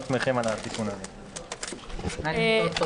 --- של